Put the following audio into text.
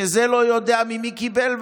שזה לא יודע ממי קיבל,